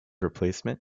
replacement